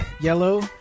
yellow